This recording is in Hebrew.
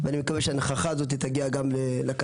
ואני מקווה שההנכחה הזאת תגיע גם לקצה.